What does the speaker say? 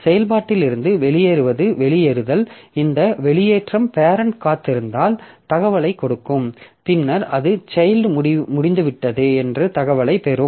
செயல்பாட்டிலிருந்து வெளியேறுவதே வெளியேறுதல் இந்த வெளியேற்றம் பேரெண்ட் காத்திருந்தால் தகவலைக் கொடுக்கும் பின்னர் அது சைல்ட் முடிந்துவிட்டது என்ற தகவலைப் பெறும்